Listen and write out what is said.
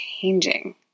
changing